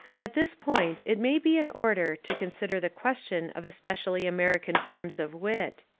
at this point it may be in order to consider the question of especially american forms of wit.